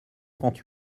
trente